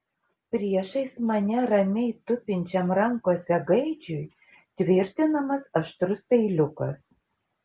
priešais mane ramiai tupinčiam rankose gaidžiui tvirtinamas aštrus peiliukas